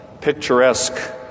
picturesque